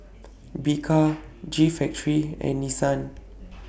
Bika G Factory and Nissan